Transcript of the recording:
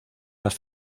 las